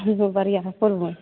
जी जी बढ़िआँ हइ फुल